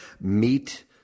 meet